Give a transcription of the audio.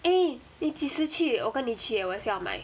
eh 你几时去我跟你去 eh 我也是要买